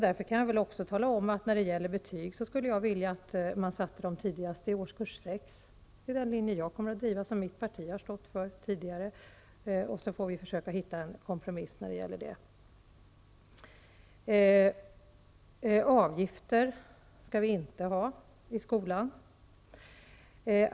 Jag kan också tala om att jag skulle vilja att man satte betyg tidigast i årskurs 6. Det är den linje som jag kommer att driva och som mitt parti har stått för tidigare. Vi får försöka hitta en kompromiss. Avgifter skall vi inte ha i skolan.